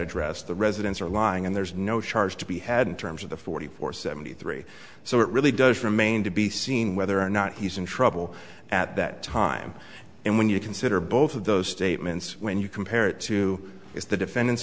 address the residents are lying and there's no charge to be had in terms of the forty four seventy three so it really does remain to be seen whether or not he's in trouble at that time and when you consider both of those statements when you compare it to is the defendant's